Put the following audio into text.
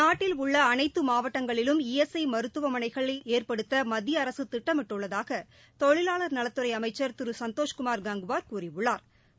நாட்டில் உள்ள அனைத்து மாவட்டங்களிலும் ஈ எஸ் ஐ மருத்துவமனைகளை ஏற்படுத்த மத்திய அரசு திட்டமிட்டுள்ளதாக தொழிலாளா் நலத்துறை அமைச்சா் திரு சந்தோஷ்குமாா் கங்குவாா் கூறியுள்ளாா்